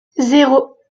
zéro